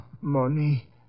Money